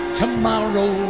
tomorrow